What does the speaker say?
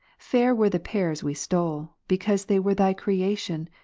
fair were the pears we stole, because they were thy creation,